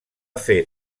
fer